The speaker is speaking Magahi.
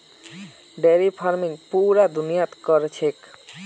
डेयरी फार्मिंग पूरा दुनियात क र छेक